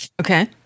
Okay